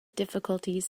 difficulties